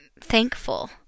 thankful